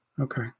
Okay